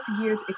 years